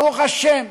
ברוך השם.